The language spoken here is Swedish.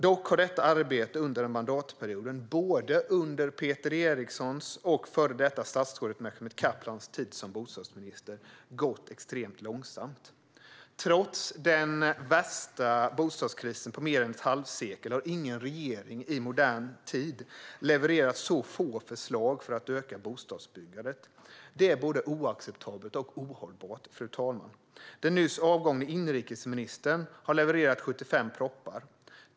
Dock har detta arbete under mandatperioden, både under Peter Erikssons och under före detta statsrådets Mehmet Kaplans tid som bostadsminister, gått extremt långsamt. Trots den värsta bostadskrisen på mer än ett halvsekel har ingen regering i modern tid levererat så få förslag för att öka bostadsbyggandet. Det är både oacceptabelt och ohållbart, fru talman. Den nyss avgångne inrikesministern har levererat 75 propositioner.